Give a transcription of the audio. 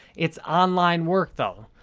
it's online work, though.